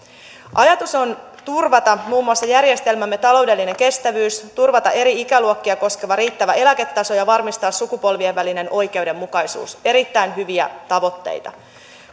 ajatus on turvata muun muassa järjestelmämme taloudellinen kestävyys turvata eri ikäluokkia koskeva riittävä eläketaso ja varmistaa sukupolvien välinen oikeudenmukaisuus erittäin hyviä tavoitteita